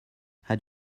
had